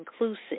inclusive